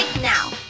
now